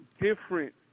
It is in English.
different